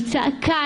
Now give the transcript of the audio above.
היא צעקה,